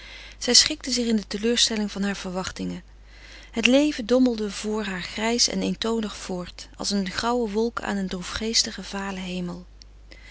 zij schikte zich in de teleurstelling harer verwachtingen het leven dommelde voor haar grijs en eentonig voort als een grauwe wolk aan een droefgeestigen valen hemel